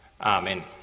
Amen